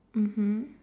mmhmm